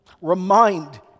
Remind